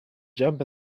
jump